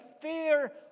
fear